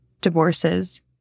divorces